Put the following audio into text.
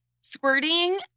Squirting